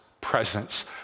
presence